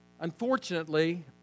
Unfortunately